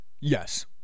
Yes